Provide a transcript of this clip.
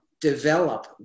develop